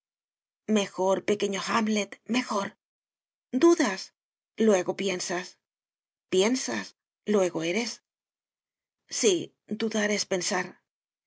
mejor pequeño hamlet mejor dudas luego piensas piensas luego eres sí dudar es pensar